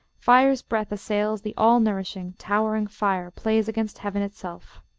fire's breath assails the all-nourishing, towering fire plays against heaven itself.